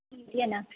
ई छियै ने